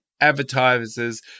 advertisers